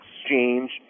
exchange